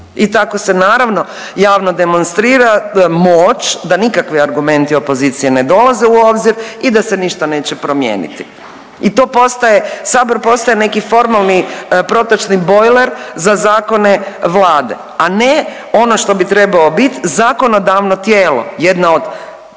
i tako se naravno javno demonstrira moć da nikakvi argumenti opozicije ne dolaze u obzir i da se ništa neće promijeniti. I to postaje, Sabor postaje neki formalni protočni bojler za zakone Vlade, a ne ono što bi trebao biti zakonodavno tijelo jedne od